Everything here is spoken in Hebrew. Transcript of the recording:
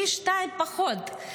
פי שניים פחות.